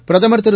பிரதமர் திரு